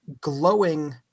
glowing